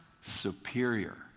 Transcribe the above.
superior